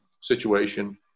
situation